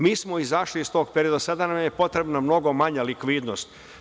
Mi smo izašli iz tog perioda, sada nam je potrebna mnogo manja likvidnost.